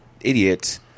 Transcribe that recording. idiot